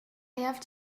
явж